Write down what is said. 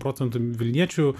procentų vilniečių